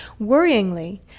Worryingly